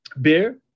beer